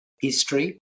history